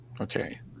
Okay